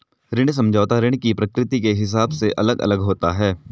ऋण समझौता ऋण की प्रकृति के हिसाब से अलग अलग होता है